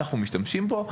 אנחנו משתמשים בו,